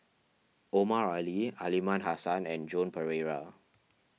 Omar Ali Aliman Hassan and Joan Pereira